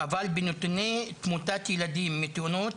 אבל בנתוני תמותת ילדים בתאונות,